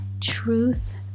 truth